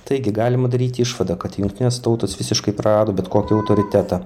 taigi galima daryti išvadą kad jungtinės tautos visiškai prarado bet kokį autoritetą